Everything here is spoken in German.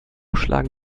schlagen